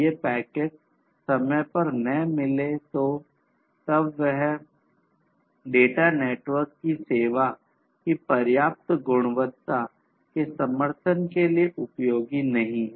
ये पैकेट समय पर न मिले तो तब वह डेटा नेटवर्क की सेवा की पर्याप्त गुणवत्ता के समर्थन के लिए उपयोगी नहीं है